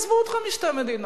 עזבו אתכם משתי מדינות,